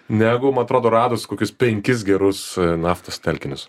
negu man atrodo radus kokius penkis gerus naftos telkinius